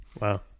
wow